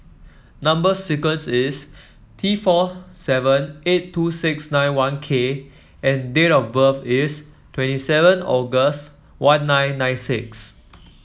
number sequence is T four seven eight two six nine one K and date of birth is twenty seven August one nine nine six